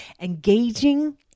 engaging